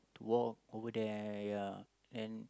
walk over there ya and